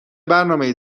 برنامهای